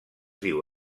diu